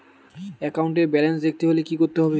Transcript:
একাউন্টের ব্যালান্স দেখতে হলে কি করতে হবে?